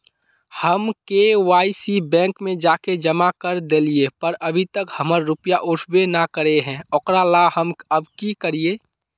हम KYC bank में जाके जमा कर देलिए पर अभी तक हमर रुपया उठबे न करे है ओकरा ला हम अब की करिए?